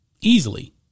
easily